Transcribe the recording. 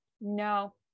no